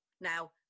Now